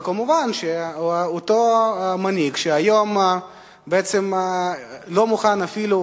וכמובן שאותו מנהיג שהיום בעצם לא מוכן אפילו